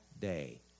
day